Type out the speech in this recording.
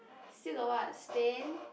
still got what Spain